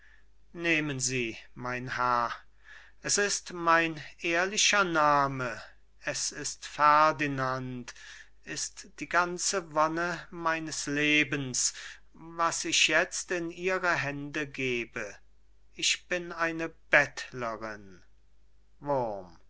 nehmen sie mein herr es ist mein ehrlicher name es ist ferdinand es ist die ganze wonne meines lebens was ich jetzt in ihre hände gebe ich bin eine bettlerin wurm